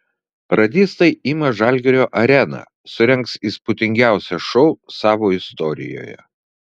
radistai ima žalgirio areną surengs įspūdingiausią šou savo istorijoje